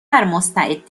مستعد